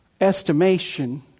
estimation